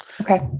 Okay